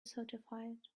certified